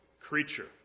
creature